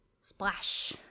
Splash